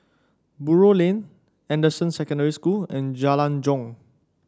Buroh Lane Anderson Secondary School and Jalan Jong